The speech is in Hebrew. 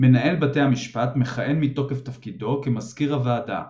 מנהל בתי המשפט מכהן מתוקף תפקידו כמזכיר הוועדה.